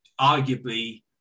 Arguably